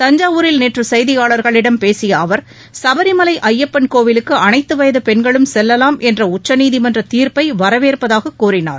தஞ்சாவூரில் நேற்று செய்தியாளர்களிடம் பேசிய அவர் சபரிமலை ஐயப்பன் கோவிலுக்கு அனைத்து வயது பெண்களும் செல்லலாம் என்ற உச்சநீதிமன்ற தீர்ப்பை வரவேற்பதாக கூறினார்